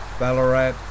ballarat